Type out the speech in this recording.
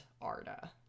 Arda